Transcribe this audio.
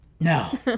no